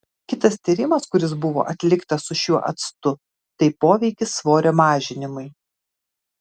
kitas tyrimas kuris buvo atliktas su šiuo actu tai poveikis svorio mažinimui